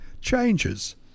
Changes